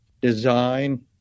design